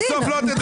בסוף לא תדברי.